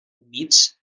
humits